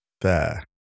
fair